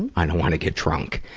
i don't want to get drunk.